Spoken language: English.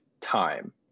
time